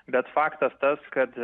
bet faktas tas kad